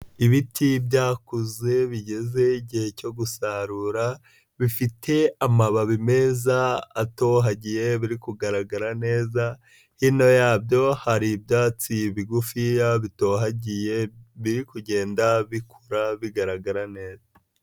Ibiti byakuze bigeze igihe cyo gusarura, bifite amababi meza atohagiye biri kugaragara neza. Hino yabyo hari ibyatsi bigufiya bitohagiye, biri kugenda bikura bigaragara neza.